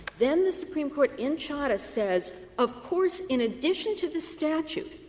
then the supreme court in chadha says, of course, in addition to the statute,